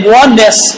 oneness